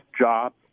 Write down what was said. jobs